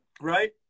right